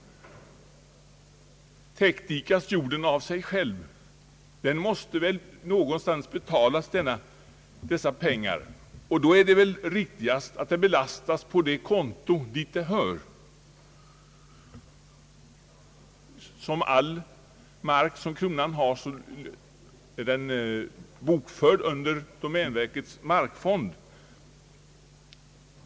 Täckdikas jorden av sig själv? Arbetet måste ju betalas, och då är det riktigast att kostnaderna får belasta det konto dit de hör. Som all mark tillhörig kronan är även denna mark bokförd under domänverkets markfond.